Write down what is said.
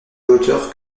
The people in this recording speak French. hauteur